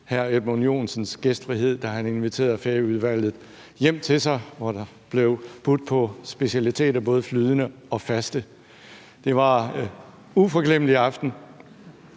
hr. Edmund Joensens gæstfrihed, da han inviterede Færøudvalget hjem til sig, hvor der blev budt på specialiteter både flydende og faste. Det var en uforglemmelig aften.